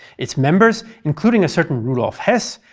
its members, including a certain rudolf hess,